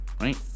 right